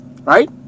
right